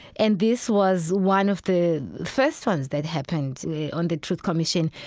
and this was one of the first ones that happened on the truth commission.